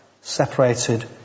separated